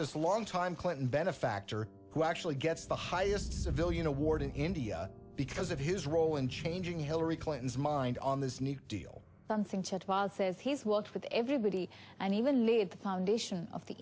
this long time clinton benefactor who actually gets the highest civilian award in india because of his role in changing hillary clinton's mind on this new deal says he's worked with everybody and even made the foundation of the